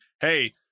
hey